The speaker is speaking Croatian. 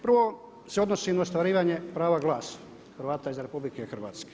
Prvo se odnosi na ostvarivanje prava glasa Hrvata iz RH.